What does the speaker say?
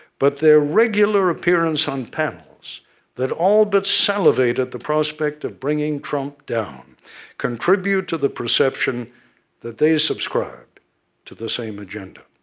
but their regular appearance on panels that all but salivate at the prospect of bringing trump down contribute to the perception that they subscribe to the same agenda.